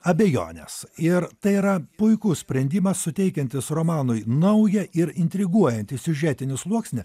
abejones ir tai yra puikus sprendimas suteikiantis romanui naują ir intriguojantį siužetinį sluoksnį